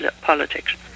politics